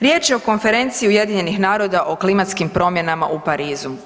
Riječ je o konferenciji UN-a o klimatskim promjenama u Parizu.